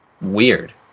weird